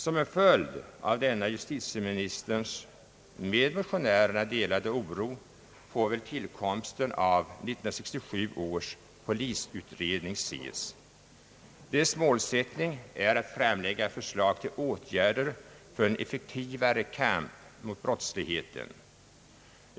Som en följd av denna justitieministerns med motionärerna delade oro får väl tillkomsten av 1967 års polisutredning ses. Dess målsättning är att framlägga förslag till åtgärder för en effektivare kamp mot brottsligheten.